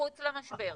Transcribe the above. מחוץ למשבר,